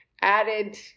added